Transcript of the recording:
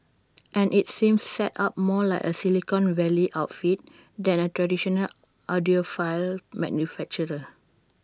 and IT seems set up more like A Silicon Valley outfit than A traditional audiophile manufacturer